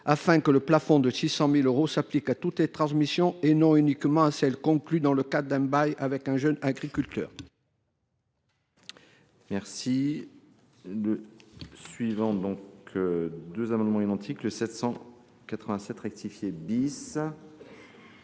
afin que le plafond de 600 000 euros s’applique à toutes les transmissions et non uniquement à celles conclues dans le cadre d’un bail avec un jeune agriculteur.